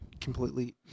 completely